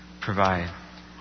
provide